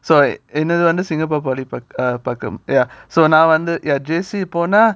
so I என்னது வந்து:ennathu vandhu singapore polytechnic but err but um ya so now நான் வந்து:nan vandhu ya J_C போனா:pona